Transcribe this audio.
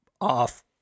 off